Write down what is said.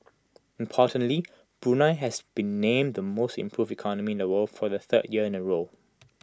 importantly Brunei has been named the most improved economy in the world for the third year in A row